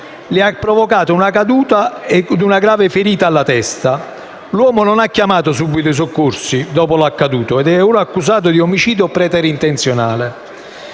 le ha provocato una grave ferita alla testa. L'uomo non ha chiamato subito i soccorsi dopo l'accaduto ed è ora accusato di omicidio preterintenzionale.